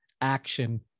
action